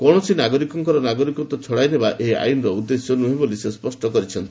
କୌଣସି ନାଗରିକର ନାଗରିକତ୍ୱ ଛଡ଼ାଇ ନେବା ଏହି ଆଇନ୍ର ଉଦ୍ଦେଶ୍ୟ ନୁହେଁ ବୋଲି ସେ ସ୍ୱଷ୍ଟ କରିଦେଇଛନ୍ତି